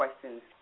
questions